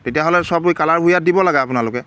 তেতিয়াহ'লে সব এই কালাবোৰ ইয়াত দিব লাগে আপোনালোকে